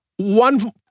One